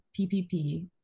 PPP